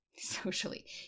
Socially